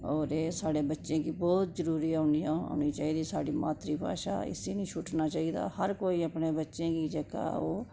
होर एह् साढ़े बच्चे गी बहोत जरूरी औनी चाहिदी एह् साढ़ी मात्तरी भाशा ऐ इसी छुटना निं चाहिदा हर कोई अपने बच्चें गी जेह्का ओह्